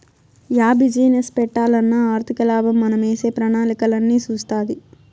yeah business పెట్టాలన్నా ఆర్థికలాభం మనమేసే ప్రణాళికలన్నీ సూస్తాది